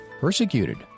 persecuted